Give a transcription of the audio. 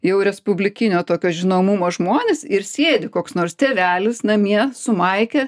jau respublikinio tokio žinomumo žmonės ir sėdi koks nors tėvelis namie su maike